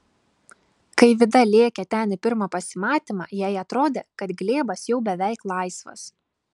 kai vida lėkė ten į pirmą pasimatymą jai atrodė kad glėbas jau beveik laisvas